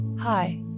Hi